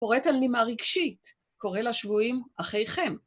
פורט על נימה רגשית. קורא לשבויים אחייכם.